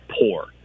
poor